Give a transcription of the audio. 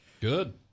Good